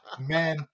man